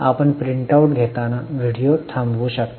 आपण print out घेताना video थांबवू शकता